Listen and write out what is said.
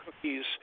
cookies